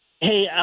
Hey